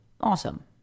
Awesome